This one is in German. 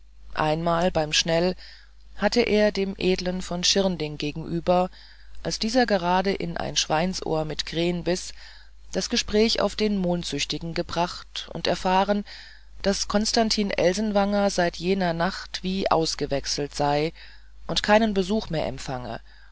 einmal beim schnell hatte er dem edlen von schirnding gegenüber als dieser gerade in ein schweinsohr mit kren biß das gespräch auf den mondsüchtigen gebracht und erfahren daß konstantin elsenwanger seit jener nacht wie ausgewechselt sei und keinen besuch mehr empfange